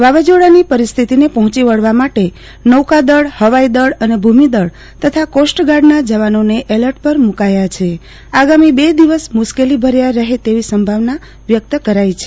વાવાજોડાની પરિસ્થિતિને પહોચી વળવા માટે નોકાદળ હવાઈદળ અને ભૂમિદળ તથા કોસ્ટગાર્ડનાં જવાનોને એલર્ટ પર મુકાયા છે આગામી બે દિવસ મુસ્કેલીભર્યા રહે તેવી સંભાવના વ્યક્ત કરાઈ છે